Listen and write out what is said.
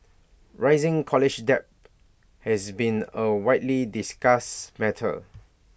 rising college debt has been A widely discussed matter